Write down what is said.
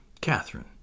Catherine